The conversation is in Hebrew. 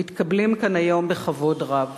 מתקבלים כאן היום בכבוד רב.